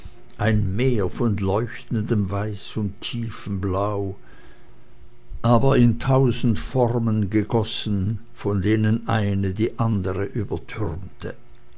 ein meer von leuchtendem weiß und tiefem blau aber in tausend formen gegossen von denen eine die andere